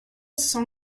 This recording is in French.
cent